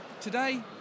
today